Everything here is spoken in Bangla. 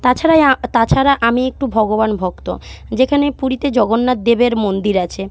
তাছাড়া এ তাছাড়া আমি একটু ভগবান ভক্ত যেখানে পুরীতে জগন্নাথদেবের মন্দির আছে